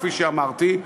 כפי שאמרתי.